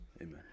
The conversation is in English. Amen